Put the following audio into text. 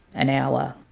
an hour,